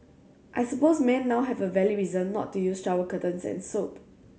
I suppose men now have a valid reason not to use shower curtains and soap